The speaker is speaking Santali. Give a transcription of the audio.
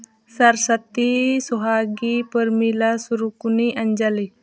ᱥᱚᱨᱚᱥᱚᱛᱤ ᱥᱳᱦᱟᱜᱤ ᱯᱚᱨᱢᱤᱞᱟ ᱥᱩᱨᱩᱠᱩᱱᱤ ᱚᱧᱡᱚᱞᱤ